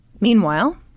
Meanwhile